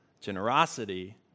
generosity